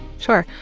sure.